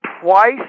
twice